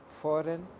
Foreign